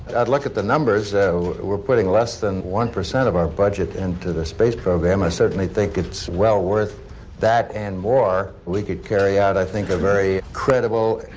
i'd look at the numbers. so we're putting less than one percent of our budget into the space program. i certainly think it's well worth that and more. we could carry out, i think, a very credible,